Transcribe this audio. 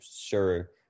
sure